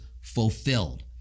fulfilled